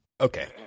Okay